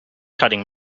cutting